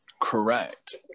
correct